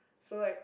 so like